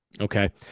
Okay